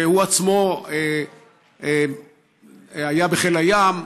שהוא עצמו היה בחיל הים,